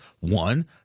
One